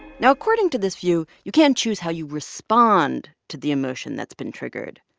now, according to this view, you can choose how you respond to the emotion that's been triggered.